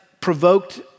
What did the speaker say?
provoked